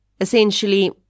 Essentially